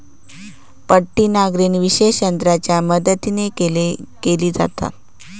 पट्टी नांगरणी विशेष यंत्रांच्या मदतीन केली जाता